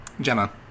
Gemma